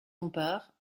bompard